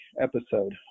episode